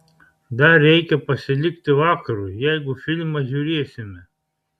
dar reikia pasilikti vakarui jeigu filmą žiūrėsime